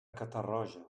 catarroja